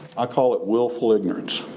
i call it willful ignorance.